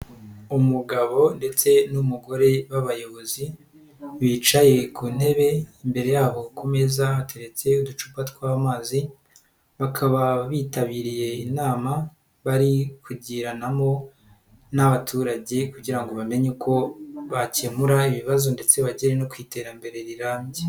Umugabo ndetse n'umugore b'abayobozi, bicaye ku ntebe imbere yabo ku meza hateretse uducupa tw'amazi, bakaba bitabiriye inama bari kugiranamo n'abaturage kugira bamenye uko bakemura ibibazo ndetse bagera no ku iterambere rirambye.